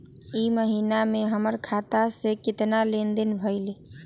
ई महीना में हमर खाता से केतना लेनदेन भेलइ?